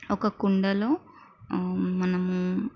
ఒక కుండలో మనం